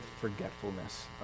forgetfulness